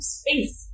space